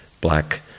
black